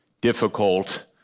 difficult